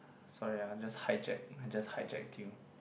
sorry ah just hijack just hijacked you